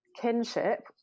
kinship